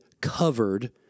covered